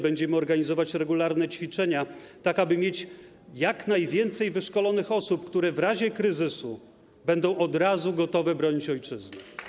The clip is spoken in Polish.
Będziemy organizować regularne ćwiczenia, tak aby mieć jak najwięcej wyszkolonych osób, które w razie kryzysu będą od razu gotowe bronić ojczyzny.